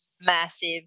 massive